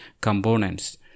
components